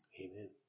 amen